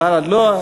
בל"ד לא.